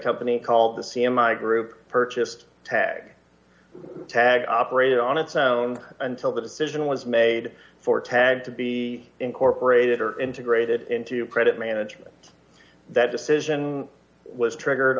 company called the c m i group purchased tag tag operated on its own until the decision was made for tad to be incorporated or integrated into credit management that decision was triggered